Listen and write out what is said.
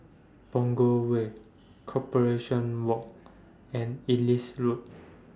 Punggol Way Corporation Walk and Ellis Road